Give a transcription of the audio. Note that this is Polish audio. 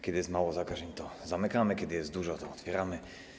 Kiedy jest mało zakażeń, to zamykamy, kiedy jest dużo - to otwieramy.